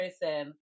person